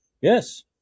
yes